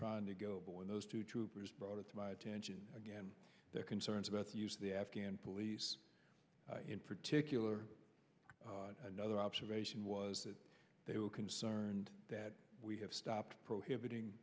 trying to go but when those two troopers brought it to my attention again their concerns about the afghan police in particular another observation was that they were concerned that we have stopped prohibiting